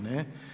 Ne.